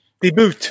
Debut